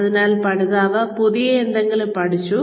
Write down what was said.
അതിനാൽ പഠിതാവ് പുതിയ എന്തെങ്കിലും പഠിച്ചു